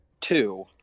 two